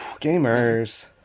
gamers